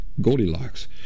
Goldilocks